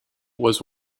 was